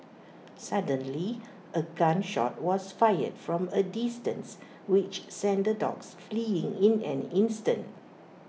suddenly A gun shot was fired from A distance which sent the dogs fleeing in an instant